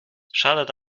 schadet